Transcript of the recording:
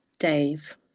Dave